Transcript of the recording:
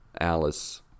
Alice